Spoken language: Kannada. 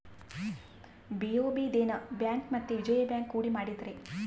ಬಿ.ಒ.ಬಿ ದೇನ ಬ್ಯಾಂಕ್ ಮತ್ತೆ ವಿಜಯ ಬ್ಯಾಂಕ್ ಕೂಡಿ ಮಾಡಿದರೆ